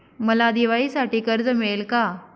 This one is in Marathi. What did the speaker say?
मला दिवाळीसाठी कर्ज मिळेल का?